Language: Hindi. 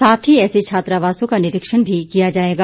साथ ही ऐसे छात्रावासों का निरीक्षण भी किया जाएगा